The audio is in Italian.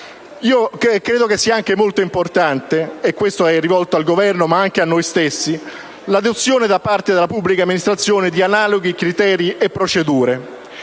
Credo sia molto importante - mi rivolgo al Governo ma anche a noi stessi - l'adozione da parte delle pubbliche amministrazioni di analoghi criteri e procedure.